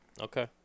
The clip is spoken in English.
Okay